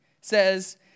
says